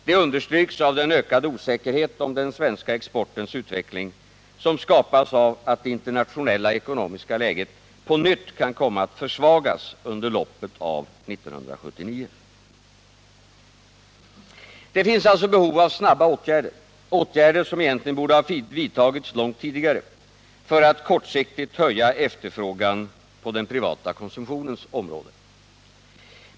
Det understryks av den ökade osäkerhet om den svenska exportens utveckling som skapas av att det internationella ekonomiska läget på nytt kan komma att försvagas under loppet av 1979. Det finns alltså behov av snabba åtgärder — åtgärder som egentligen borde ha vidtagits långt tidigare — för att kortsiktigt höja efterfrågan på den privata konsumtionens område.